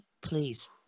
please